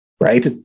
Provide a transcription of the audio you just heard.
right